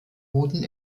boden